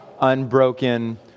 Unbroken